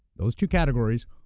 those two categories,